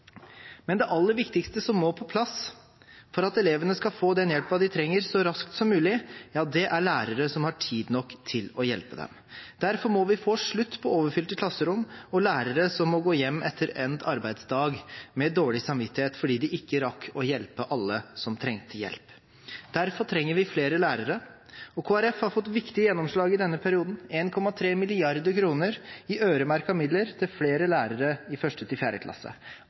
Men det aller viktigste som må på plass for at elevene skal få den hjelpen de trenger så raskt som mulig, er lærere som har tid nok til å hjelpe dem. Derfor må vi få slutt på overfylte klasserom og lærere som må gå hjem etter endt arbeidsdag med dårlig samvittighet fordi de ikke rakk å hjelpe alle som trengte hjelp. Derfor trenger vi flere lærere, og Kristelig Folkeparti har fått et viktig gjennomslag i denne perioden: 1,3 mrd. kr i øremerkede midler til flere lærere i 1.–4. klasse. Alle norske kommuner har nå fått muligheten til